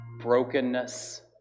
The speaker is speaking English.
brokenness